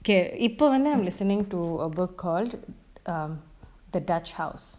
okay இப்ப வந்து:ippa vanthu I'm listening to a book called err the dutch house